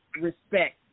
respect